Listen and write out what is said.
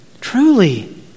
truly